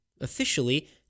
Officially